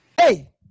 Hey